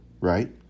right